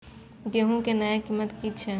गेहूं के नया कीमत की छे?